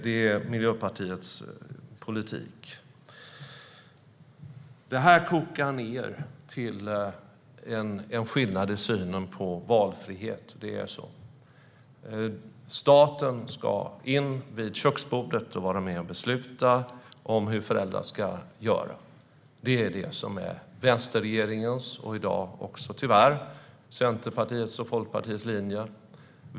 Det är Miljöpartiets politik. Detta kokar ned till en skillnad i synen på valfrihet. Staten ska in vid köksbordet och vara med och besluta om hur föräldrar ska göra. Det är det som är vänsterregeringens, och i dag också tyvärr Centerpartiets och Folkpartiets, linje.